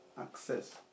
access